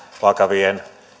vakavien